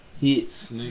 hits